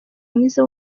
mwiza